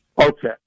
Okay